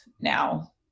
now